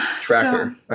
tracker